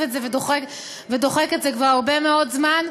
את זה ודוחק את זה כבר הרבה מאוד זמן,